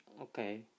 okay